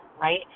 right